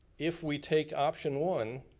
if we take option one,